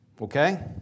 Okay